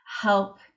help